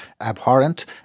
abhorrent